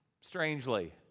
strangely